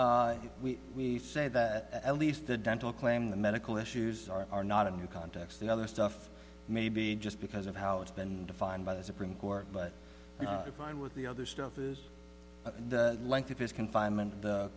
so we say that at least the dental claim the medical issues are are not in your context and other stuff maybe just because of how it's been defined by the supreme court but defined with the other stuff is the length of his confinement